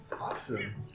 Awesome